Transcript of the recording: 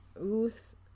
Ruth